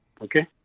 okay